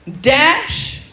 dash